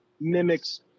mimics